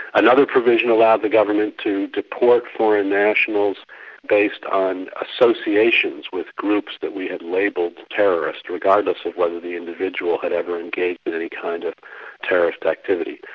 another provision allowed the government to deport foreign nationals based on associations with groups that we had labelled terrorist, regardless of whether the individual had ever engaged in any kind of terrorist activity.